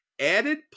added